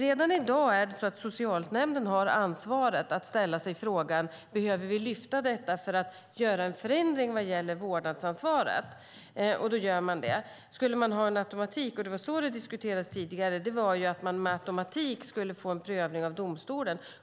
Redan i dag har socialnämnden ansvaret för att ställa frågan om man behöver driva ett ärende till domstol för att få en förändring vad gäller vårdnadsansvaret. I så fall gör man det. När man tidigare har talat om automatisk prövning har man menat att man med automatik skulle få en domstolsprövning.